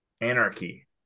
Anarchy